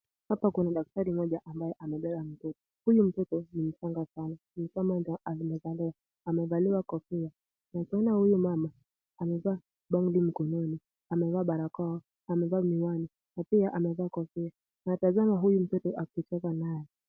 Hapa kuna daktari mmoja ambaye amebeba mtoto. Huyu mtoto ni mchanga sana ni kama ndio amezaliwa amevalia kofia. Nikiona huyu mama amevaa bangili mkononi, amevaa barakoa, amevaa miwani, na pia amevaa kofia. Anatazama huyu mtoto akicheza naye.